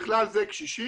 ובכלל זה קשישים.